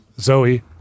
Zoe